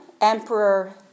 Emperor